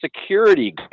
security